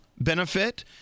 benefit